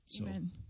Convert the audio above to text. Amen